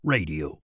Radio